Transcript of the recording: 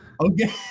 okay